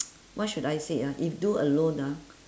what should I say uh if do alone ah